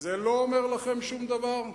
זה לא אומר לכם שום דבר?